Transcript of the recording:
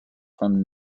from